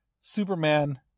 Superman